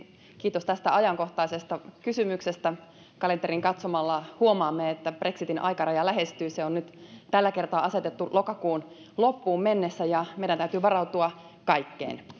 kiitos tästä ajankohtaisesta kysymyksestä kalenteriin katsomalla huomaamme että brexitin aikaraja lähestyy se on nyt tällä kertaa asetettu lokakuun loppuun mennessä ja meidän täytyy varautua kaikkeen